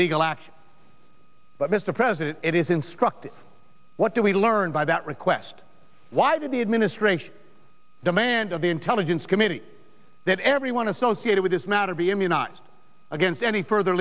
legal action but mr president it is instructive what do we learn by that request why did the administration demand of the intelligence committee that everyone associated with this matter be immunized against any further